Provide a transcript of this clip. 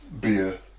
beer